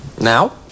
Now